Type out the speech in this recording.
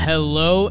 Hello